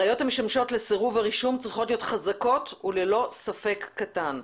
הראיות המשמשות לסירוב הרישום צריכות להיות חזקות וללא ספק קטן.